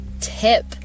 tip